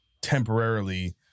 Temporarily